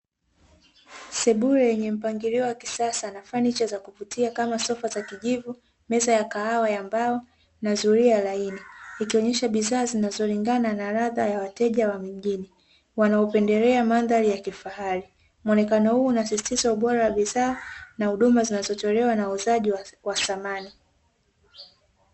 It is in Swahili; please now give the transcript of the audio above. Sebule yenye mpangilio wa kisasa na fanicha za kuvutia kama sofa za kijivu, meza ya kahawa ya mbao, na zulia laini, ikionyesha bidhaa zinazolingana na ladha ya wateja wa mjini wanaopendelea mandhari ya kifahari. Muonekano huo unasisitiza ubora wa bidhaa na huduma zinazotolewa na wauzaji wa samani.